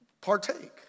partake